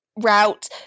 route